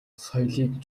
соёлыг